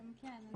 כן.